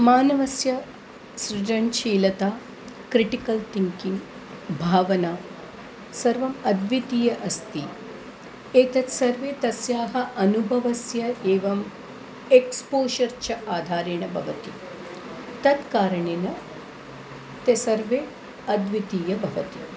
मानवस्य सृजनशीलता critical thinking भावना सर्वम् अद्वितीया अस्ति एतत् सर्वे तस्याः अनुभवस्य एवम् एक्स्पोजर् च आधारेण भवति तत् कारणेन ते सर्वे अद्वितीयं भवति